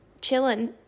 chilling